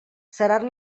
seran